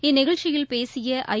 இந்நிகழ்ச்சியில் பேசிய ஐ